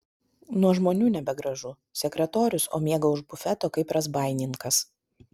nuo žmonių nebegražu sekretorius o miega už bufeto kaip razbaininkas